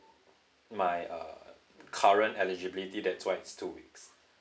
my uh current eligibility that's why it's two weeks